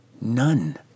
none